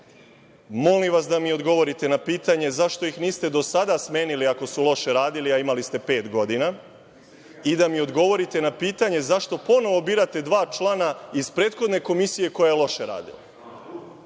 vas da mi odgovorite na pitanje - zašto ih niste do sada smenili ako su loše radili, a imali ste pet godina i da mi odgovorite na pitanje zašto ponovo birate dva člana iz prethodne komisije koja je loše radila? To